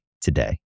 today